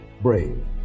brave